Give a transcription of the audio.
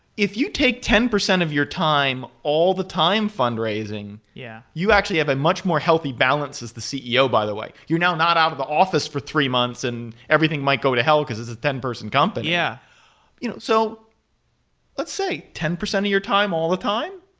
if you take ten percent of your time all the time fundraising, yeah you actually have a much more healthy balance as the ceo by the way. you're now not out of the office for three months and everything might go to hell, because it's a ten person company. yeah you know so let's say ten percent of your time all the time.